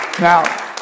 Now